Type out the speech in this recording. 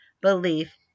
belief